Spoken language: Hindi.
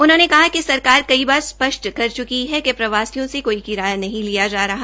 उन्होंने कहा कि सरकार कई बार स्पष्ट कर च्की है कि प्रवासियों को कोई किराया नहीं लिया जा रहा